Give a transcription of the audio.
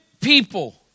people